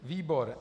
Výbor?